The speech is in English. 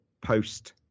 post